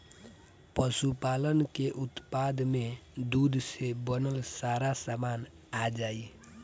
पशुपालन के उत्पाद में दूध से बनल सारा सामान आ जाई